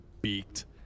beaked